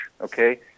okay